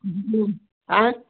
आँय